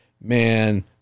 man